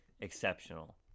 exceptional